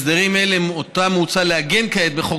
הסדרים אלה שאותם מוצע לעגן כעת בחוק